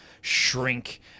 shrink